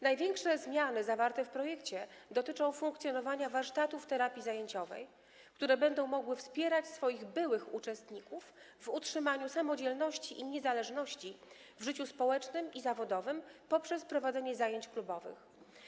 Największe zmiany zawarte w projekcie dotyczą funkcjonowania warsztatów terapii zajęciowej, które będą mogły wspierać swoich byłych uczestników w utrzymaniu samodzielności i niezależności w życiu społecznym i zawodowym poprzez prowadzenie zajęć klubowych.